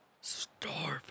starving